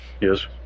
Yes